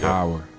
Power